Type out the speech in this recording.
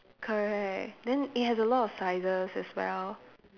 correct then it has a lot of sizes as well